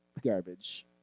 Garbage